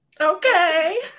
okay